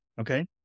okay